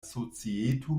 societo